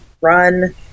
run